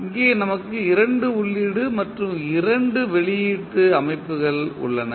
இங்கே நமக்கு 2 உள்ளீடு மற்றும் 2 வெளியீட்டு அமைப்பு உள்ளது